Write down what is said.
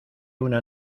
una